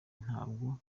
ntabwo